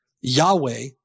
Yahweh